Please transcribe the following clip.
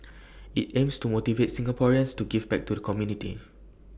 IT aims to motivate Singaporeans to give back to the community